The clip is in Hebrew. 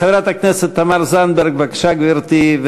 חברת הכנסת תמר זנדברג, בבקשה, גברתי.